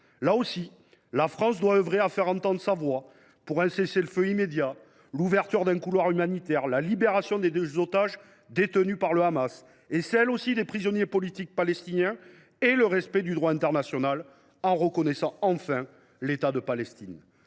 Là encore, la France doit œuvrer à faire entendre sa voix pour imposer un cessez le feu immédiat, contribuer à l’ouverture d’un couloir humanitaire, à la libération des otages détenus par le Hamas et des prisonniers politiques palestiniens, et au respect du droit international en reconnaissant, enfin, l’État de Palestine.